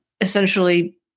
essentially